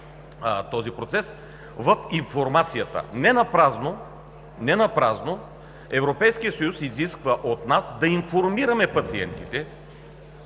този процес. Не напразно Европейският съюз изисква от нас да информираме пациентите